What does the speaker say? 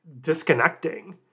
disconnecting